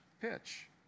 pitch